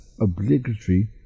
obligatory